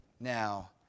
Now